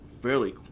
fairly